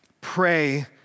pray